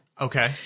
Okay